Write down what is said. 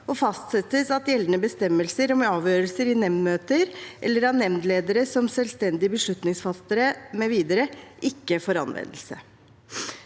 og fastsettes at gjeldende bestemmelser om avgjørelser i nemndmøte eller av nemndledere som selvstendige beslutningfattere mv. ikke får anvendelse.